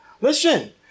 Listen